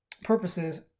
Purposes